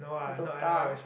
Dota